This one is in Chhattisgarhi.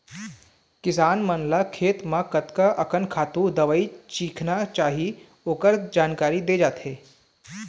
किसान मन ल खेत म कतका अकन खातू, दवई छिचना चाही ओखर जानकारी दे जाथे